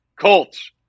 colts